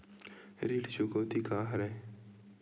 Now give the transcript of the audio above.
ऋण चुकौती का हरय?